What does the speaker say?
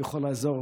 יכול לעזור,